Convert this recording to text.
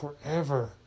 forever